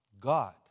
God